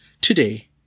Today